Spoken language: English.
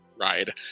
ride